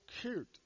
cute